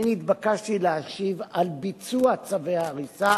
אני נתבקשתי להשיב על ביצוע צווי הריסה,